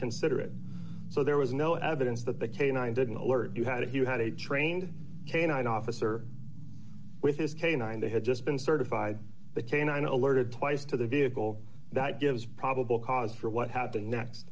consider it so there was no evidence that the canine didn't alert you had if you had a trained canine officer with his canine they had just been certified the canine alerted twice to the vehicle that gives probable cause for what happened next